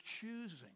choosing